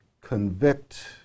convict